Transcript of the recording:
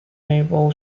naval